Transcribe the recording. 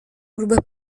berubah